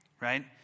Right